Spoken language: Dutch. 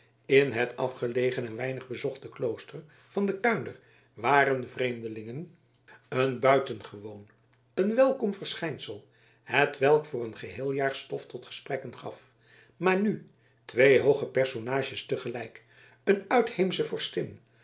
in het afgelegen en weinig bezochte klooster van de kuinder waren vreemdelingen een buitengewoon een welkom verschijnsel hetwelk voor een geheel jaar stof tot gesprekken gaf maar nu twee hooge personages te gelijk een uitheemsche vorstin